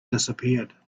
disappeared